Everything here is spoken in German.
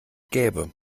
gäbe